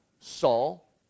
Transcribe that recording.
Saul